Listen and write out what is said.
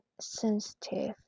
sensitive